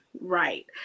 Right